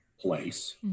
place